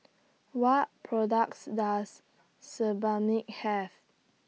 What products Does Sebamed Have